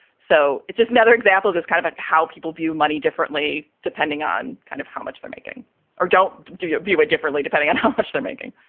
so it's just another example of this kind of how people view money differently, depending on kind of how much they're making or don't. do you view it differently? depending on how much they're making,